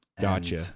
Gotcha